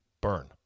burn